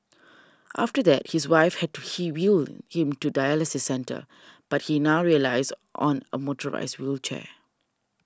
after that his wife had to wheel him to the dialysis centre but he now relies on a motorised wheelchair